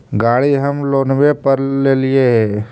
गाड़ी हम लोनवे पर लेलिऐ हे?